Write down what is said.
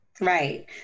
Right